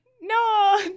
No